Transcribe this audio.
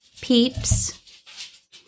Peeps